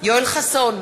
יואל חסון,